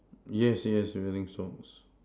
yes yes wearing socks